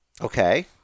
Okay